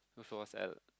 which was at